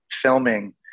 filming